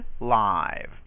live